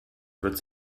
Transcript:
wird